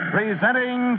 Presenting